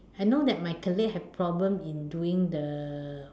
I know that my colleague have problem in doing the